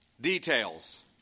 details